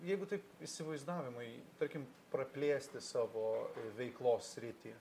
jeigu taip įsivaizdavimui tarkim praplėsti savo veiklos sritį